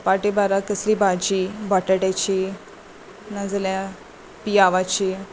चपाती बारा कसली भाजी बॉटाट्याची नाजाल्या पियावची